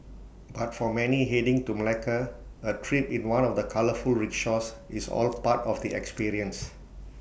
but for many heading to Malacca A trip in one of the colourful rickshaws is all part of the experience